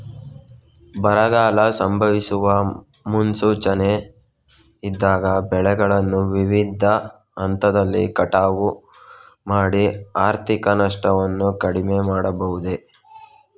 ಬರಗಾಲ ಸಂಭವಿಸುವ ಮುನ್ಸೂಚನೆ ಇದ್ದಾಗ ಬೆಳೆಗಳನ್ನು ವಿವಿಧ ಹಂತದಲ್ಲಿ ಕಟಾವು ಮಾಡಿ ಆರ್ಥಿಕ ನಷ್ಟವನ್ನು ಕಡಿಮೆ ಮಾಡಬಹುದೇ?